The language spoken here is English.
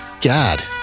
God